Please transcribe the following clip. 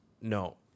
No